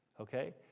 okay